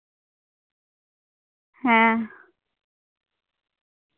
ᱦᱮᱸ